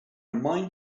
mind